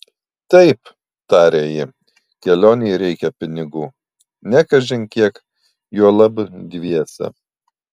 taip tarė ji kelionei reikia pinigų ne kažin kiek juolab dviese